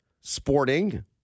sporting